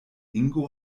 ingo